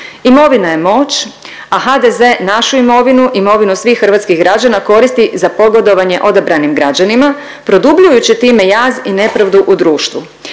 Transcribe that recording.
Imovina je moć, a HDZ našu imovinu, imovinu svih hrvatskih građana koristi za pogodovanje odabranim građanima produbljujući tim jaz i nepravdu u društvu.